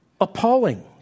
appalling